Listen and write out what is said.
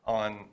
on